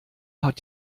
hat